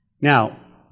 Now